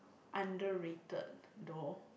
underrated though